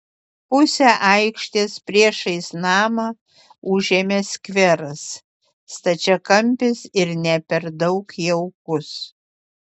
pusę aikštės priešais namą užėmė skveras stačiakampis ir ne per daug jaukus